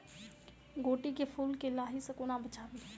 गोट केँ फुल केँ लाही सऽ कोना बचाबी?